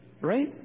right